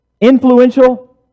influential